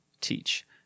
teach